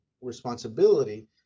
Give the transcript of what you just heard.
responsibility